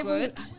good